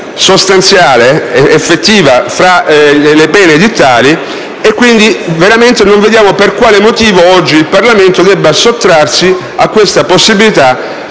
sostanziale ed effettiva tra le pene edittali. Veramente non vediamo per quale motivo il Parlamento debba sottrarsi a questa possibilità